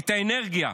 את האנרגיה,